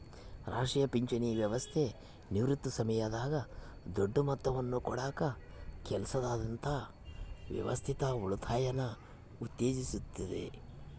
ರಾಷ್ಟ್ರೀಯ ಪಿಂಚಣಿ ವ್ಯವಸ್ಥೆ ನಿವೃತ್ತಿ ಸಮಯದಾಗ ದೊಡ್ಡ ಮೊತ್ತವನ್ನು ಕೊಡಕ ಕೆಲಸದಾದ್ಯಂತ ವ್ಯವಸ್ಥಿತ ಉಳಿತಾಯನ ಉತ್ತೇಜಿಸುತ್ತತೆ